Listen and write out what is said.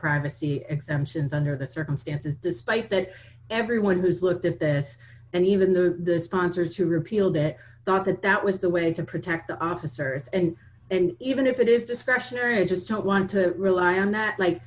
privacy x engines under the circumstances despite that everyone who's looked at this and even the sponsors who repealed it thought that that was the way to protect the officers and even if it is discretionary i just don't want to rely on that like